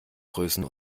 größen